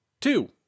Two